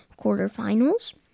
quarterfinals